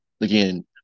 Again